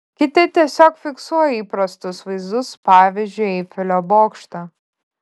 kiti tiesiog fiksuoja įprastus vaizdus pavyzdžiui eifelio bokštą